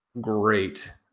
great